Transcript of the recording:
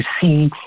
see